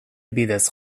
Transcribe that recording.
bidez